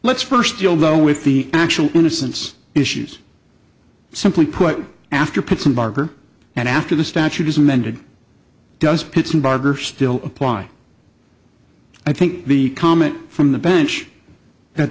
let's first deal though with the actual innocence issues simply put after put some barber and after the statute is amended does pittston barger still apply i think the comment from the bench that